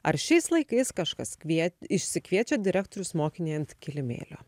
ar šiais laikais kažkas kvie išsikviečia direktorius mokinį ant kilimėlio